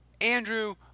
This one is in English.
andrew